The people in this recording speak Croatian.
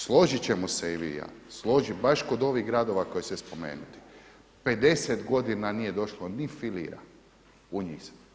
Složit ćemo se i vi i ja, baš kod ovih radova koje ste spomenuli 50 godina nije došlo ni filira u njih.